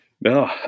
No